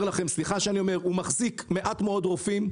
סליחה שאני אומר לכם, הוא מחזיק מעט מאוד רופאים.